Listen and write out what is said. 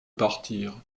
partir